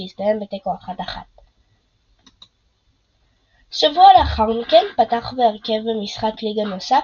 שהסתיים בתיקו 1–1. שבוע לאחר מכן פתח בהרכב במשחק ליגה נוסף,